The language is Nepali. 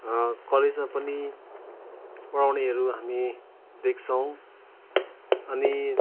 कलेजमा पनि पढाउनेहरू हामी देख्छौँ अनि